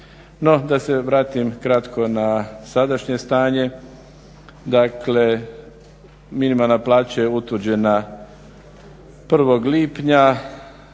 da se vratim kratko na sadašnje stanje. Dakle, minimalna plaća je utvrđena 1. lipnja.